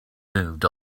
moved